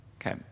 Okay